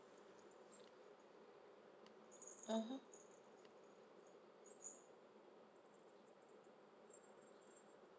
mmhmm